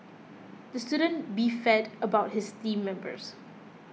the student beefed about his team members